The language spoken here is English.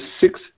six